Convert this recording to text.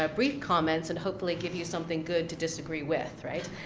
ah brief comments, and hopefully give you something good to disagree with, right?